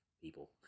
people